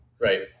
Right